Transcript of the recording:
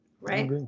Right